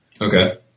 Okay